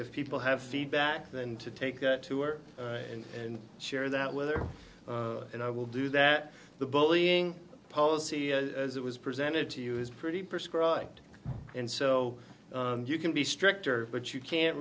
if people have feedback then to take the tour and share that with her and i will do that the bullying policy as it was presented to you is pretty perscribe and so you can be stricter but you can't